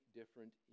different